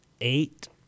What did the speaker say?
eight